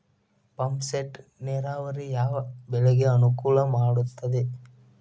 Pump set ನೇರಾವರಿ ಯಾವ್ ಬೆಳೆಗೆ ಅನುಕೂಲ ಮಾಡುತ್ತದೆ?